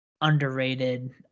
underrated